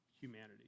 humanity